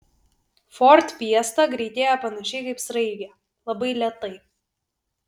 ford fiesta greitėja panašiai kaip sraigė labai lėtai